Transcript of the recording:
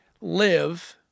live